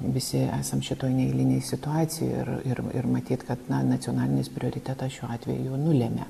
visi esam šitoj neeilinėj situacijoj ir ir ir matyt kad na nacionalinis prioritetas šiuo atveju nulemia